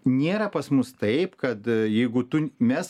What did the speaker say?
nėra pas mus taip kad jeigu tu mes